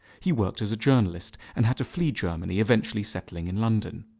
he worked as a journalist and had to flee germany, eventually settling in london.